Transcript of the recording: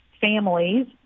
families